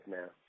now